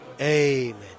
Amen